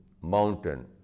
mountain